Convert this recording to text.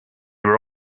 were